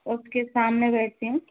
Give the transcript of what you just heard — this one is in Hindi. उसके सामने बैठती हूँ